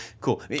Cool